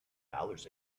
dollars